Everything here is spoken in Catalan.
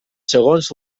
segons